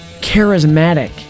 charismatic